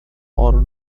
horror